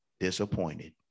disappointed